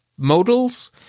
modals